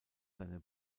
seine